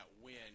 win